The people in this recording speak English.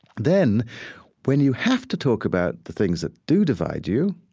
then when you have to talk about the things that do divide you,